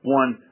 one